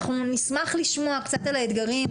אנחנו נשמח לשמוע קצת על האתגרים,